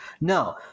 No